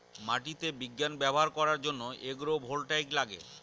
মাটিতে বিজ্ঞান ব্যবহার করার জন্য এগ্রো ভোল্টাইক লাগে